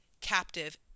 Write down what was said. captive